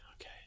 okay